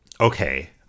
Okay